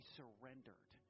surrendered